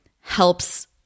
helps